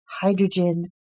hydrogen